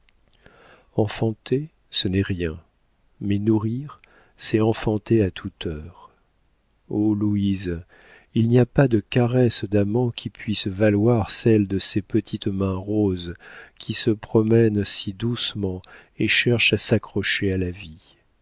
enfanter ce n'est rien mais nourrir c'est enfanter à toute heure oh louise il n'y a pas de caresses d'amant qui puissent valoir celles de ces petites mains roses qui se promènent si doucement et cherchent à s'accrocher à la vie